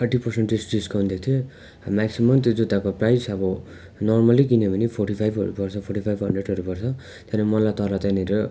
thirty percentage discount दिएको थियो maximum त्यो जुत्ताको प्राइस अब नर्मली किन्यो भने फोर्टी फाइभहरू पर्छ फोर्टी फाइभ हन्ड्रेडहरू पर्छ त्यहाँ मलाई तर त्यहाँनिर